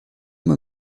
uma